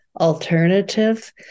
alternative